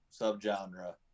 subgenre